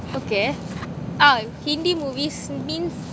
okay ah hindi movies